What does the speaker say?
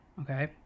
Okay